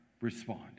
respond